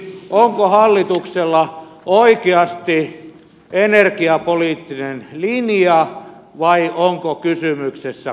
onko hallituksella oikeasti energiapoliittinen linja vai onko kysymyksessä konsulttilinja